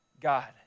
God